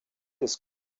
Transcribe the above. des